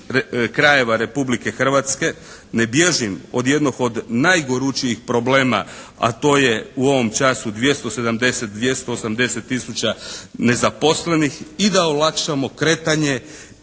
krajeva Republike Hrvatske. Ne bježim od jednog od najgoručijih problema, a to je u ovom času 270, 280 tisuća nezaposlenih. I da olakšamo kretanje